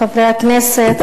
חברי הכנסת,